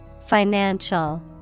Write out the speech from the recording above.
Financial